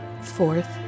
Fourth